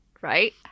Right